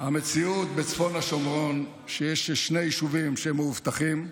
המציאות בצפון השומרון היא שיש שם שני יישובים שהם מאובטחים,